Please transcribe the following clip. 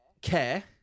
care